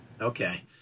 Okay